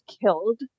killed